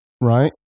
right